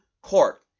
Court